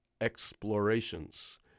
Explorations